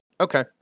Okay